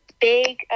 big